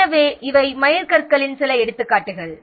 எனவே இவை மைல்கற்களின் சில எடுத்துக்காட்டுகள் ஆகும்